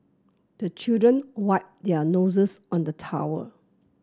the children wipe their noses on the towel